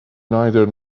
neither